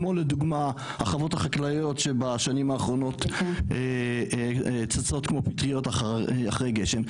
כמו לדוגמה החוות החקלאיות שבשנים האחרונות צצות כמו פטריות אחרי גשם,